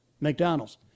McDonald's